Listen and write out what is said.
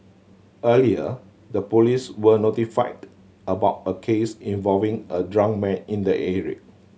earlier the police were notified about a case involving a drunk man in the area